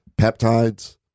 peptides